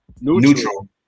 neutral